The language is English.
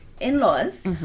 in-laws